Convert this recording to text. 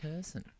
person